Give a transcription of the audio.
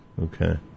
Okay